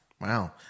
Wow